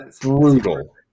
brutal